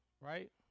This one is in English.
right